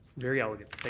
very elegant.